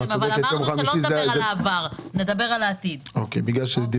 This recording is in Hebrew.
אבל אמרנו שנדבר על העתיד ולא על העבר.